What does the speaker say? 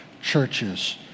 churches